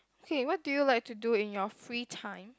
okay what do you like to do in your free time